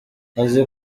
azi